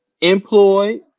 employed